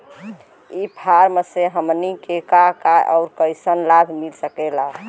ई कॉमर्स से हमनी के का का अउर कइसन लाभ मिल सकेला?